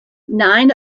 nine